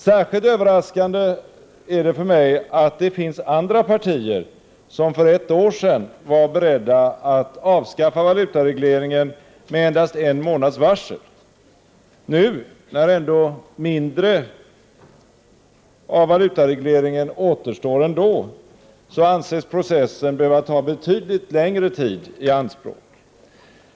Särskilt överraskande är att det finns andra partier som för ett år sedan var beredda att avskaffa valutaregleringen med endast en månads varsel; nu, när ändå mindre av valutaregleringen återstår, anses processen behöva ta betydligt längre tid i anspråk.